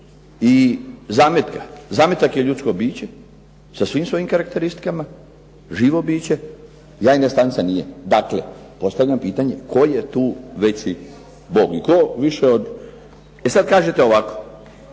i zametka. Zametak je ljudsko biće sa svim svojim karakteristikama, živo biće. Jajna stanica nije. Dakle, postavljam pitanje tko je tu veći Bog i tko više od. I sad kažete ovako.